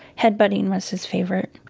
headbutting was his favorite.